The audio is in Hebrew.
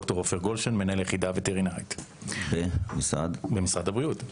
גולדשטיין, מנהל היחידה הווטרינרית במשרד הבריאות.